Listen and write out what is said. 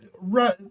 right